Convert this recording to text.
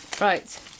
Right